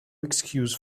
excuse